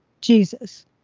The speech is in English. Jesus